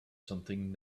something